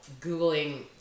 Googling